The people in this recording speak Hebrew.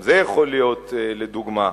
גם זה יכול להיות, לדוגמה.